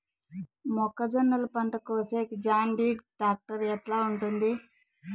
మొక్కజొన్నలు పంట కోసేకి జాన్డీర్ టాక్టర్ ఎట్లా ఉంటుంది?